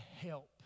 help